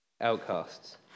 outcasts